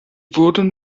wurden